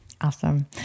Awesome